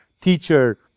teacher